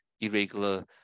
irregular